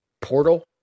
portal